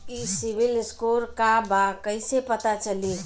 ई CIBIL score का बा कइसे पता चली?